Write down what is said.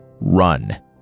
Run